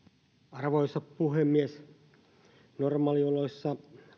arvoisa puhemies normaalioloissa